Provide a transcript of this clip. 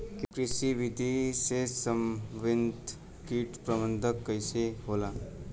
कृषि विधि से समन्वित कीट प्रबंधन कइसे होला?